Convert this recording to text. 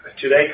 Today